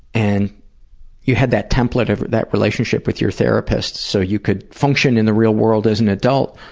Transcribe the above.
and you had that template of that relationship with your therapist, so you could function in the real world as an adult,